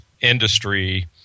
industry